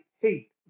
hate